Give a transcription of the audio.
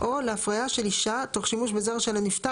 או להפריה של אישה תוך שימוש בזרע של הנפטר